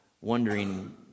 wondering